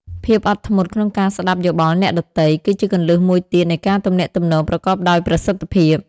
ភាពអត់ធ្មត់ក្នុងការស្ដាប់យោបល់អ្នកដទៃ គឺជាគន្លឹះមួយទៀតនៃការទំនាក់ទំនងប្រកបដោយប្រសិទ្ធភាព។